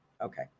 Okay